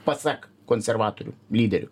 pasak konservatorių lyderių